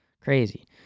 Crazy